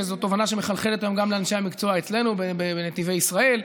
וזו תובנה שמחלחלת היום גם לאנשי המקצוע אצלנו ובנתיבי ישראל,